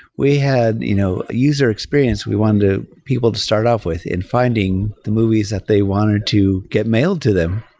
we had you know a user experience we want the people to start off with in finding the movies that they wanted to get mailed to them.